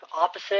opposite